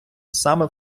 саме